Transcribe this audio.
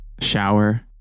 shower